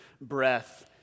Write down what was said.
breath